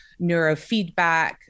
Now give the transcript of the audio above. neurofeedback